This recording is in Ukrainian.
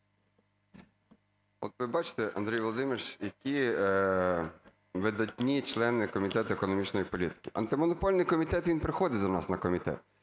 От ви бачите, Андрій Володимирович, які видатні члени Комітету економічної політики. Антимонопольний комітет, він приходить до нас на комітет,